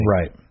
Right